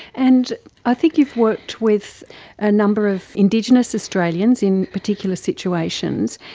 and i think you've worked with a number of indigenous australians in particular situations.